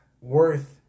worth